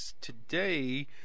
today